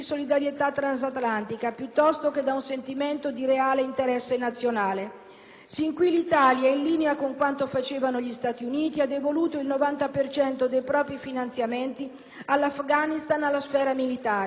Sin qui l'Italia, in linea con quanto facevano gli Stati Uniti, ha devoluto il 90 per cento dei propri finanziamenti all'Afghanistan alla sfera militare, con ciò lasciando molto poco all'impegno della cooperazione internazionale.